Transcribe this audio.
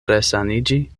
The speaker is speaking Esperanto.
resaniĝi